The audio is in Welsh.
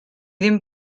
ddim